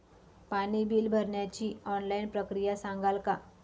पाणी बिल भरण्याची ऑनलाईन प्रक्रिया सांगाल का?